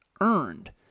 earned